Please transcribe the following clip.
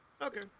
Okay